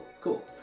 cool